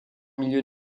milieux